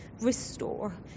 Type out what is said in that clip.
restore